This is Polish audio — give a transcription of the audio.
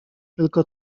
tylko